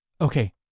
Okay